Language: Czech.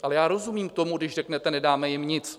Ale já rozumím tomu, když řeknete: Nedáme jim nic.